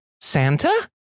Santa